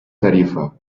tarifa